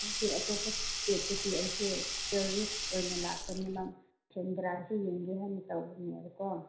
ꯑꯩꯁꯦ ꯑꯇꯣꯞꯄ ꯁ꯭ꯇꯦꯠꯇꯒꯤ ꯑꯩꯁꯦ ꯇꯨꯔꯤꯁ ꯑꯣꯏꯅ ꯂꯥꯛꯄꯅꯦꯕ ꯁꯦꯟꯗ꯭ꯔꯥꯁꯤ ꯌꯦꯡꯒꯦ ꯍꯥꯏꯅ ꯇꯧꯕꯅꯦꯕꯀꯣ